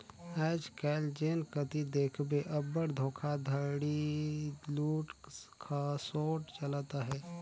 आएज काएल जेन कती देखबे अब्बड़ धोखाघड़ी, लूट खसोट चलत अहे